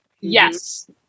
Yes